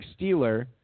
Steeler